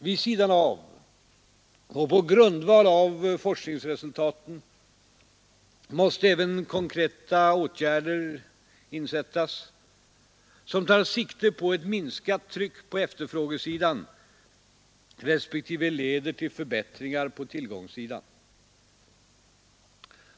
Vid sidan av och på grundval av forskningsresultaten måste även konkreta åtgärder initieras, som tar sikte på ett minskat tryck på efterfrågesidan respektive leder till förbättringar på tillgångssidan.